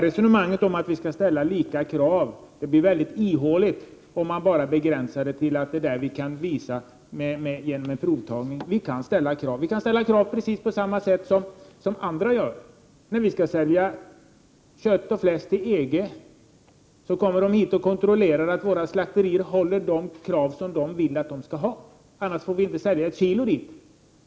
Resonemanget om att ställa samma krav på importerade livsmedel som på inhemska blir ihåligt, om kontrollen begränsas till provtagning. Vi skall ställa samma krav som andra länder ställer på oss. När vi skall sälja kött och fläsk till EG kommer man hit och kontrollerar att våra slakterier uppfyller de krav som man ställer. Om de inte gör det får vi inte sälja ett enda kilo.